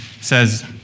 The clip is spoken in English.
says